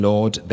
Lord